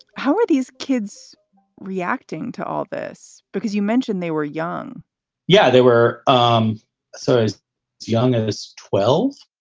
how are these kids reacting to all this? because you mentioned they were young yeah, they were. um so as young as twelve,